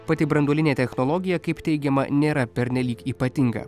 pati branduolinė technologija kaip teigiama nėra pernelyg ypatinga